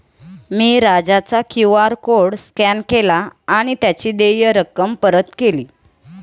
मी राजाचा QR code scan केला आणि त्याची देय रक्कम परत केली